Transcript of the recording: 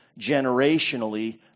generationally